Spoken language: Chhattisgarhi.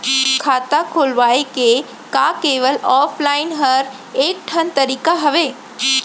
खाता खोलवाय के का केवल ऑफलाइन हर ऐकेठन तरीका हवय?